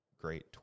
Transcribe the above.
great